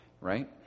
right